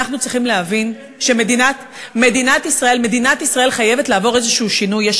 אנחנו צריכים להבין שמדינת ישראל חייבת לעבור איזשהו שינוי.